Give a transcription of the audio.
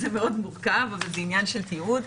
זה מאוד מורכב, אבל זה עניין של תיעוד.